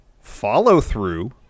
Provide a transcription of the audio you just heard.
follow-through